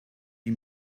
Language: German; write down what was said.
die